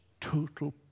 total